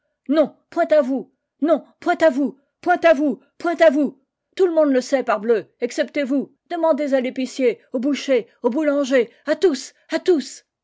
non point à vous non point à vous point à vous point à vous tout le monde le sait parbleu excepté vous demandez à l'épicier au boucher au boulanger à tous à tous